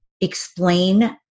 explain